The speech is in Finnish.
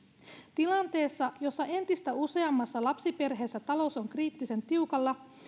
tilanteessa jossa entistä useammassa lapsiperheessä talous on kriittisen tiukalla